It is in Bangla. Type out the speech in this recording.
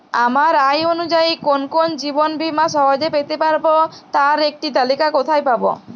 আমার আয় অনুযায়ী কোন কোন জীবন বীমা সহজে পেতে পারব তার একটি তালিকা কোথায় পাবো?